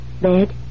Bed